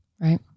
Right